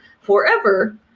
forever